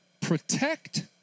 Protect